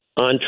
on